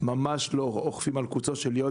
אנחנו ממש לא אוכפים על קוצו של יוד,